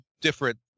different